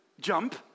Jump